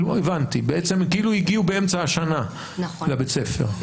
כאילו הגיעו באמצע השנה לבית הספר.